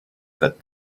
that